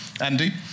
Andy